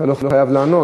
אז אתה לא חייב לענות,